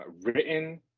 written